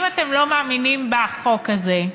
אם אתם לא מאמינים בחוק הזה,